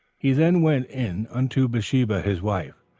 he then went in unto bathsheba his wife,